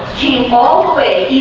all the way